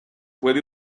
puede